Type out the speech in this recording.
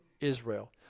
Israel